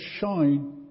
shine